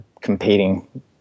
competing